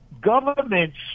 governments